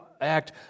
act